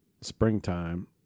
springtime